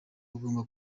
bagomba